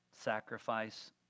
sacrifice